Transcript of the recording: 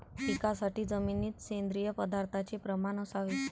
पिकासाठी जमिनीत सेंद्रिय पदार्थाचे प्रमाण असावे